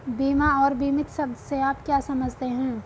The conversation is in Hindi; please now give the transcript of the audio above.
बीमा और बीमित शब्द से आप क्या समझते हैं?